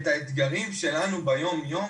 את האתגרים שלנו ביומיום,